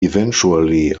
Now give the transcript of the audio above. eventually